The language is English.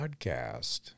Podcast